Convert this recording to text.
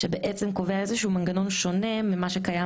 שבעצם קובע איזשהו מנגנון שונה ממה שקיים